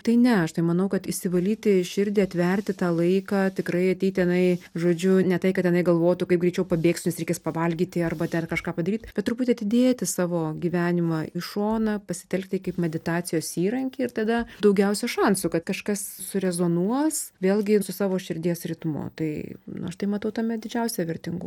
tai ne aš manau kad išsivalyti širdį atverti tą laiką tikrai ateit tenai žodžiu ne tai kad tenai galvotų kaip greičiau pabėgsiu nes reikės pavalgyti arba ten kažką padaryti bet truputį atidėti savo gyvenimą į šoną pasitelkti kaip meditacijos įrankį ir tada daugiausia šansų kad kažkas su rezonuos vėlgi su savo širdies ritmu tai nu aš tai matau tame didžiausią vertingumą